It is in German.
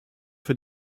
für